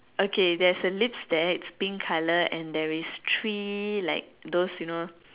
okay there's a lips there it's pink colour and there is three like those you know